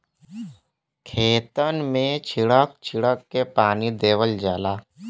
खेतन मे छीड़क छीड़क के पानी देवल जाला